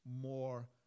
more